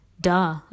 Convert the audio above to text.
Duh